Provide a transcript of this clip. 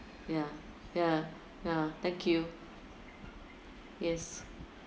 yeah yeah yeah thank you yes